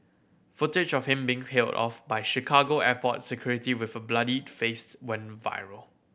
footage of him being off by Chicago airport security with a bloodied face went viral